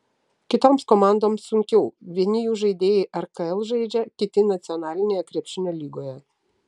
kitoms komandoms sunkiau vieni jų žaidėjai rkl žaidžia kiti nacionalinėje krepšinio lygoje